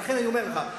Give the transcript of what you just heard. ולכן אני אומר לך,